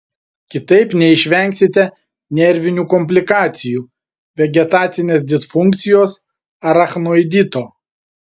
kitaip neišvengsite nervinių komplikacijų vegetacinės disfunkcijos arachnoidito